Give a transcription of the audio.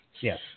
Yes